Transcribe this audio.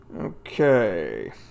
okay